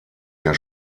der